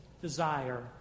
desire